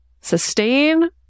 sustain